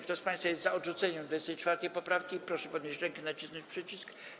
Kto z państwa jest za odrzuceniem 24. poprawki, proszę podnieść rękę i nacisnąć przycisk.